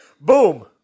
Boom